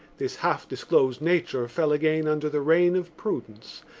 this half-disclosed nature fell again under the reign of prudence,